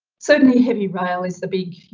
certainly heavy rail is the big, you